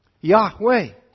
Yahweh